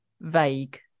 vague